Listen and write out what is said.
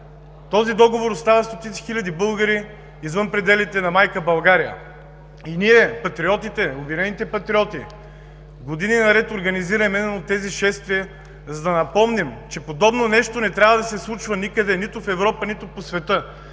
Този договор оставя стотици хиляди българи извън пределите на майка България. Ние, патриотите, „Обединените патриоти“, години наред организираме именно тези шествия, за да напомним, че подобно нещо не трябва да се случва никъде – нито в Европа, нито по света.